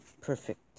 Perfect